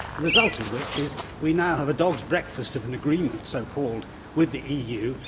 result of which is we now have a dog's breakfast of an agreement, so-called, with the eu,